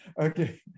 Okay